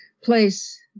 place